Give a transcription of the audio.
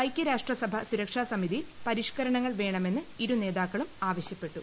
ഐക്യരാഷ്ട്ര സഭ സുരക്ഷാ സമിതിയിൽ പരിഷ്ക്കരണങ്ങൾ വേണമെന്ന് ഇരുനേതാക്കളും ആവശ്യപ്പെട്ടു